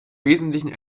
wesentlichen